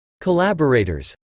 Collaborators